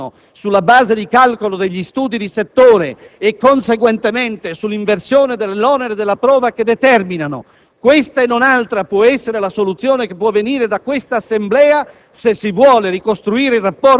e dell'effetto che essi producono sulla base di calcolo degli studi di settore e, conseguentemente, sull'inversione dell'onere della prova che determinano. Questa e non altra può essere la soluzione che può venire dall'Assemblea